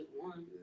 one